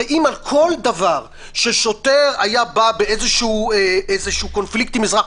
הרי על כל דבר ששוטר בא באיזשהו קונפליקט עם אזרח,